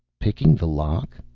picking the lock?